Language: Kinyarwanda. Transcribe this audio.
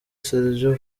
serge